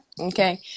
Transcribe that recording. okay